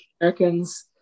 Americans